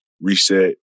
reset